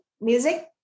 music